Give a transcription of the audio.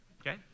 Okay